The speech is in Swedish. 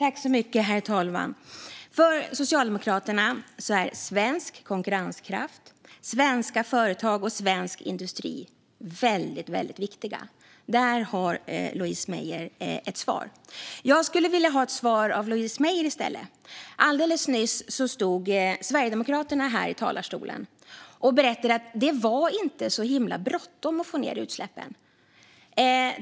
Herr talman! För Socialdemokraterna är svensk konkurrenskraft, svenska företag och svensk industri väldigt viktiga. Där har Louise Meijer ett svar. Jag skulle vilja ha ett svar av Louise Meijer. Alldeles nyss stod Sverigedemokraterna i talarstolen och berättade att det inte var så himla bråttom att få ned utsläppen.